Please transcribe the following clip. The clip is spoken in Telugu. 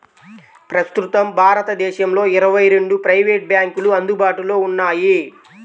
ప్రస్తుతం భారతదేశంలో ఇరవై రెండు ప్రైవేట్ బ్యాంకులు అందుబాటులో ఉన్నాయి